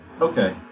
Okay